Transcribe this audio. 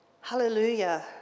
Hallelujah